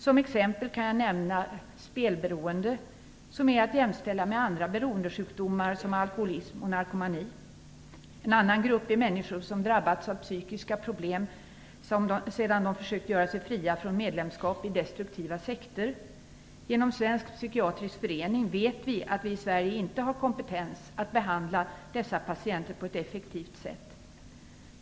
Som exempel kan jag nämna spelberoendet, som är att jämställa med andra beroendesjukdomar - t.ex. alkoholism och narkomani. En annan grupp är de människor som har drabbats av psykiska problem sedan de försökt göra sig fria från medlemskap i destruktiva sekter. Svensk psykiatrisk förening visar att vi i Sverige inte har kompetens att behandla dessa patienter på ett effektivt sätt.